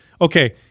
Okay